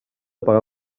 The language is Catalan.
pagar